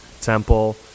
temple